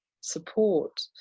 support